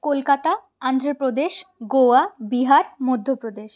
Kolkata Andhra Pradesh Goa Bihar Madhya Pradesh